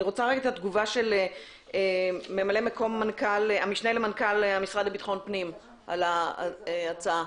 אני רוצה את התגובה של המשנה למנכ"ל המשרד לביטחון הפנים על ההצעה,